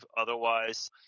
otherwise